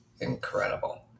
incredible